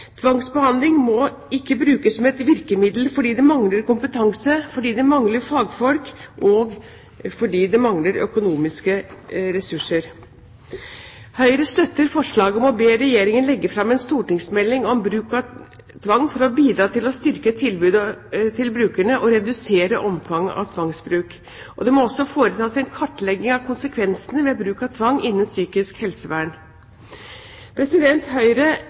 Tvangsbehandling må ikke brukes som et virkemiddel fordi det mangler kompetanse, fordi det mangler fagfolk, eller fordi det mangler økonomiske ressurser. Høyre støtter forslaget om å be Regjeringen legge fram en stortingsmelding om bruk av tvang for å bidra til å styrke tilbudet til brukerne og redusere omfanget av tvangsbruk. Det må også foretas en kartlegging av konsekvensene ved bruk av tvang innen psykisk helsevern. Høyre